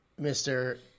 Mr